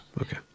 Okay